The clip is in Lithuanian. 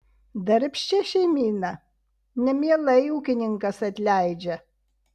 darbščią šeimyną nemielai ūkininkas atleidžia